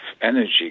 energy